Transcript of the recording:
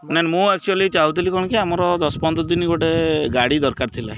ନାଇଁ ମୁଁ ଅକ୍ଚ୍ୟୁଆଲି ଚାହୁଁଥିଲି କ'ଣ କି ଆମର ଦଶ ପନ୍ଦର ଦିନ ଗୋଟେ ଗାଡ଼ି ଦରକାର ଥିଲା